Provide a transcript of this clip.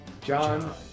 John